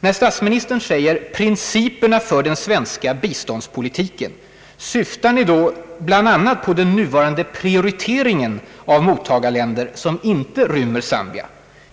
När statsministern talar om »principerna för den svenska biståndspolitiken«, syftar Ni då bl.a. på den nuvarande prioriteringen av mottagarländer, som inte rymmer Zambia?